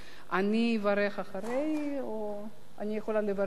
אני אברך אחרי או אני יכולה לברך כבר?